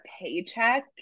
paycheck